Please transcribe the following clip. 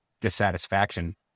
dissatisfaction